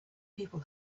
people